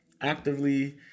actively